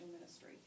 ministry